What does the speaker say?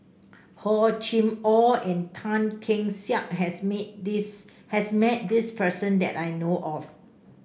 Hor Chim Or and Tan Keong Saik has meet this has met person that I know of